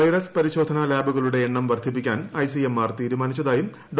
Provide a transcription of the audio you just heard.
virus പരിശോധനാ ലാബുകളുടെ എണ്ണം വർദ്ധിപ്പിക്കാൻ ഐസിഎംആർ തീരുമാനിച്ചതായും ഡോ